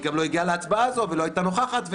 היא גם לא הגיעה להצבעה הזאת ולא הייתה נוכחת,